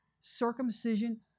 circumcision